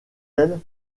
elle